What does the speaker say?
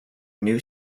new